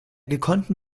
gekonnten